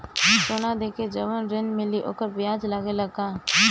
सोना देके जवन ऋण मिली वोकर ब्याज लगेला का?